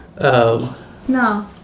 No